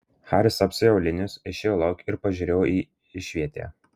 haris apsiavė aulinius išėjo lauk ir pažiūrėjo į išvietę